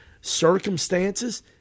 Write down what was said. circumstances